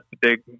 big